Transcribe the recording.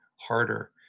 harder